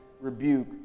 rebuke